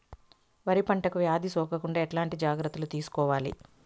వరి పంటకు వ్యాధి సోకకుండా ఎట్లాంటి జాగ్రత్తలు తీసుకోవాలి?